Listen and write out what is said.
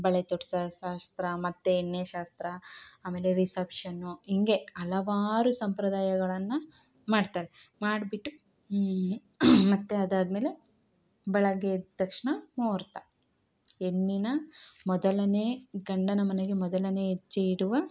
ಬಳೆ ತೋಡಿಸೋ ಶಾಸ್ತ್ರ ಮತ್ತೆ ಎಣ್ಣೆ ಶಾಸ್ತ್ರ ಆಮೇಲೆ ರಿಸೆಪ್ಷನ್ನು ಹಿಂಗೆ ಹಲವಾರು ಸಂಪ್ರದಾಯಗಳನ್ನು ಮಾಡ್ತಾರೆ ಮಾಡಿಬಿಟ್ಟು ಈ ಮತ್ತೆ ಅದಾದಮೇಲೆ ಬೆಳಿಗ್ಗೆ ಎದ್ದ ತಕ್ಷಣ ಮೂಹೂರ್ತ ಹೆಣ್ಣಿನ ಮೊದಲನೇ ಗಂಡನ ಮನೆಗೆ ಮೊದಲನೇ ಹೆಜ್ಜೆ ಇಡುವ